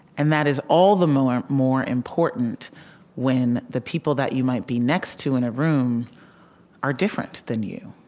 and that is all the more more important when the people that you might be next to in a room are different than you.